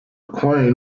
queen